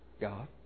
God